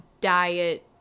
diet